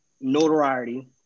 notoriety